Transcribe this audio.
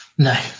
No